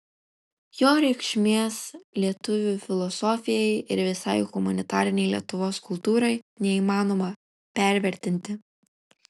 jo reikšmės lietuvių filosofijai ir visai humanitarinei lietuvos kultūrai neįmanoma pervertinti